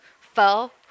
fell